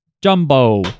Jumbo